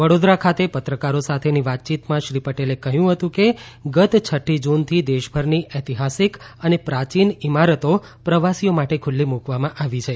વડોદરા ખાતે પત્રકારો સાથેની વાતચીતમાં શ્રી પટેલે કહ્યું હતું કે ગત છઠ્ઠી જૂનથી દેશભરની ઐતિહાસિક અને પ્રાચીન ઇમારતો પ્રવાસીઓ માટે ખુલ્લી મુકવામાં આવી છે